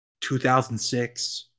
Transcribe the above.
2006